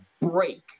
break